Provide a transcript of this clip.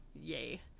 yay